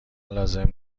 لازم